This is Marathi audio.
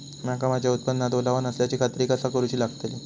मका माझ्या उत्पादनात ओलावो नसल्याची खात्री कसा करुची लागतली?